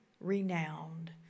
renowned